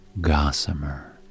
gossamer